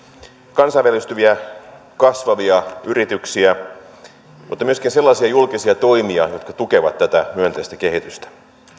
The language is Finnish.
kansainvälistyviä kasvavia yrityksiä mutta myöskin sellaisia julkisia toimia jotka tukevat tätä myönteistä kehitystä